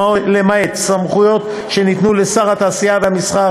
למעט סמכויות שניתנו לשר התעשייה והמסחר